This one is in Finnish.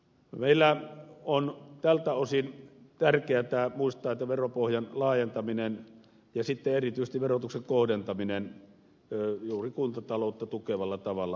meidän on tältä osin tärkeätä muistaa että veropohjan laajentaminen ja sitten erityisesti verotuksen kohdentaminen juuri kuntataloutta tukevalla tavalla on tärkeätä